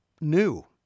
new